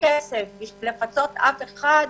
כסף בשביל לפצות אף אחד,